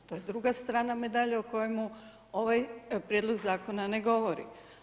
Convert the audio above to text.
To je druga strana medalje o kojemu ovaj prijedlog zakona ne govori.